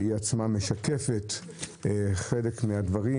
שמשקפת חלק מן הדברים,